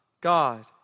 God